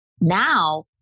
Now